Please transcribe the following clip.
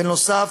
בנוסף,